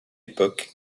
époque